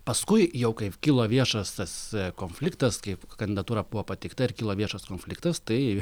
paskui jau kaip kilo viešas tas konfliktas kaip kandidatūra buvo pateikta ir kilo viešas konfliktas tai